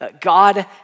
God